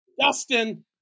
Dustin